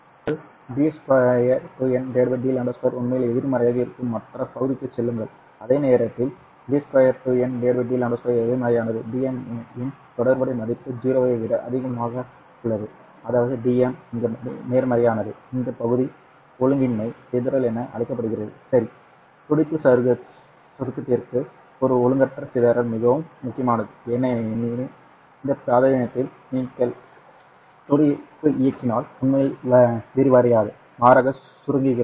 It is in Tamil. இப்போது d 2n dλ 2 உண்மையில் எதிர்மறையாக இருக்கும் மற்ற பகுதிக்குச் செல்லுங்கள் அதே நேரத்தில் d 2n dλ 2 எதிர்மறையானது Dm இன் தொடர்புடைய மதிப்பு 0 ஐ விட அதிகமாக உள்ளது அதாவது Dm இங்கே நேர்மறையானது இந்த பகுதி ஒழுங்கின்மை சிதறல் என அழைக்கப்படுகிறது துடிப்பு சுருக்கத்திற்கு ஒரு ஒழுங்கற்ற சிதறல் மிகவும் முக்கியமானது ஏனெனில் இந்த பிராந்தியத்தில் நீங்கள் துடிப்பு இயக்கினால் உண்மையில் விரிவடையாது மாறாக சுருங்குகிறது